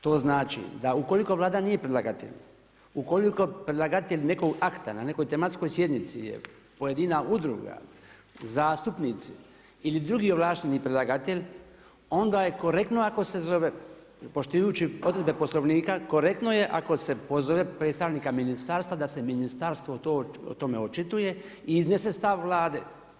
To znači da ukoliko Vlada nije predlagatelj, ukoliko predlagatelj nekog akta na nekoj tematskoj sjednici je pojedina udruga, zastupnici ili drugi ovlašteni predlagatelj onda je korektno ako se za zove, poštivajući odredbe Poslovnika korektno je ako se pozove predstavnika ministarstva da se ministarstvo o tome očituje i iznese stav Vlade.